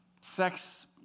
sex